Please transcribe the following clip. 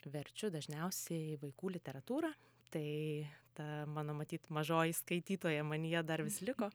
verčiu dažniausiai vaikų literatūrą tai ta mano matyt mažoji skaitytoja manyje dar vis liko